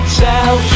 tell